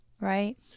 Right